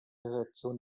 reaktion